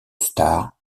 star